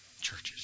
churches